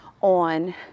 on